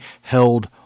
held